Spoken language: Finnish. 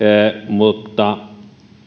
mutta